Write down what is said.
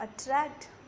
attract